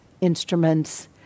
instruments